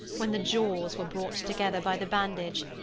when the jaws were brought together by the bandage.